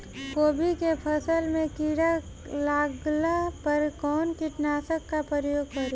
गोभी के फसल मे किड़ा लागला पर कउन कीटनाशक का प्रयोग करे?